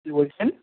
কে বলছেন